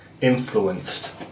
influenced